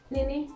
Nini